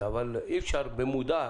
אבל אי-אפשר במודע,